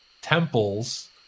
temples